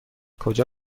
کجا